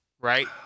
right